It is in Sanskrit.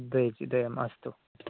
केजि द्वयं अस्तु